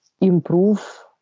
improve